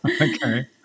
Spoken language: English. Okay